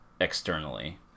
externally